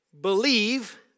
believe